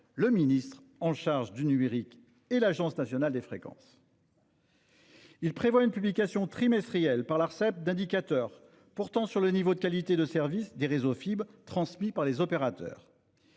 le ministre en charge du numérique et l'Agence nationale des fréquences (ANFR). Il prévoit également la publication trimestrielle par l'Arcep d'indicateurs portant sur le niveau de qualité de service des réseaux fibre transmis par les opérateurs.